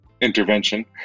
intervention